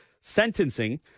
sentencing